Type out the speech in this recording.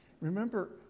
Remember